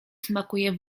smakuje